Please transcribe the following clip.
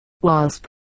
wasp